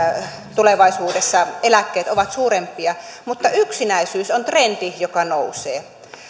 tulevaisuudessa eläkkeet ovat suurempia mutta yksinäisyys on trendi joka nousee